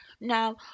Now